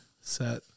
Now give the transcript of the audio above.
Set